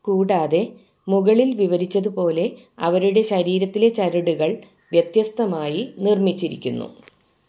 കൂടാതെ മുകളിൽ വിവരിച്ചതുപോലെ അവരുടെ ശരീരത്തിലെ ചരടുകൾ വ്യത്യസ്തമായി നിർമ്മിച്ചിരിക്കുന്നു